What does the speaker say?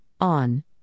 on